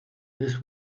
this